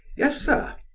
yes, sir.